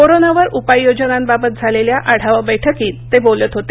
कोरोनावर उपाययोजनाबाबत झालेल्या आढावा बैठकीत ते बोलत होते